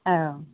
औ